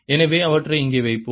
எனவே அவற்றை இங்கே வைப்போம்